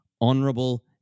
honorable